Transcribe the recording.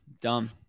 dumb